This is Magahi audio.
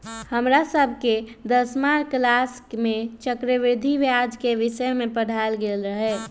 हमरा सभके दसमा किलास में चक्रवृद्धि ब्याज के विषय में पढ़ायल गेल रहै